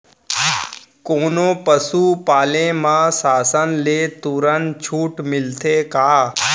कोनो पसु पाले म शासन ले तुरंत छूट मिलथे का?